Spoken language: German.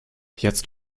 jetzt